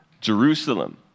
Jerusalem